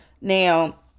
Now